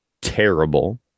terrible